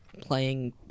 playing